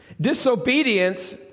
disobedience